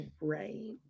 right